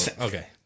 Okay